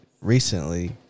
recently